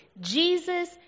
Jesus